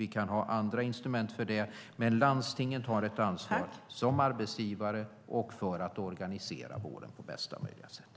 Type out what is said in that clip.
Vi kan ha andra instrument för det, men landstingen har ett ansvar att som arbetsgivare organisera vården på bästa möjliga sätt.